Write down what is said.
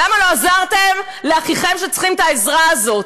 למה לא עזרתם לאחיכם שצריכים את העזרה הזאת?